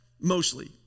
Mostly